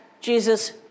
Jesus